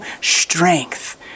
strength